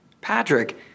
Patrick